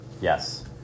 yes